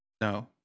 No